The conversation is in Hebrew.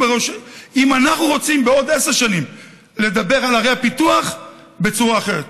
אם אנחנו רוצים בעוד עשר שנים לדבר על ערי הפיתוח בצורה אחרת.